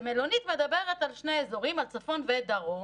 שמלונית מדברת על שני אזורים, על צפון ודרום